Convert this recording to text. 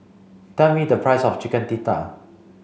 tell me the price of Chicken Tikka